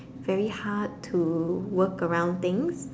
very hard to work around things